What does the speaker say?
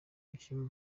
umukinnyi